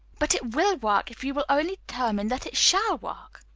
but it will work, if you will only determine that it shall work.